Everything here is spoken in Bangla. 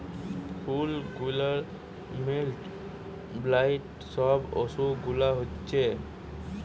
ফুল গুলার মোল্ড, ব্লাইট সব অসুখ গুলা হচ্ছে